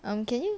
um can you